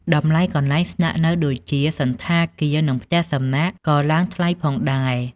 តម្លៃកន្លែងស្នាក់នៅដូចជា សណ្ឋាគារ និងផ្ទះសំណាក់ក៏ឡើងថ្លៃផងដែរ។